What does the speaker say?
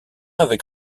avec